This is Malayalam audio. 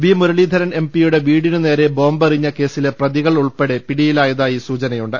വി മുരളീധരൻ എം പിയുടെ വീടിനു നേരെ ബോംബെറിഞ്ഞ കേസിലെ പ്രതികൾ ഉൾപ്പെടെ പിടിയിലായതായി സൂചന്യുണ്ട്